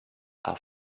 are